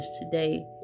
today